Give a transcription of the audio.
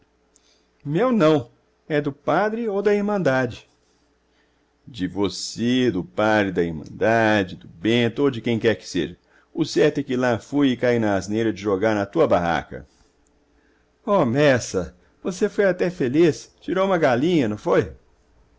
meu não é do padre ou da irmandade de você do padre da irmandade do bento ou de quem quer que seja o certo é que lá fui e caí na asneira de jogar na tua barraca homessa você foi até feliz tirou uma galinha não foi